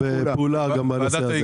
אותן.